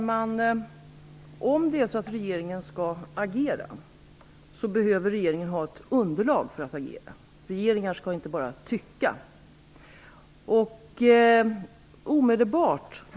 Fru talman! Om regeringen skall agera behöver regeringen ett underlag för det. Regeringar skall inte bara tycka.